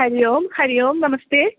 हरिः ओं हरिः ओं नमस्ते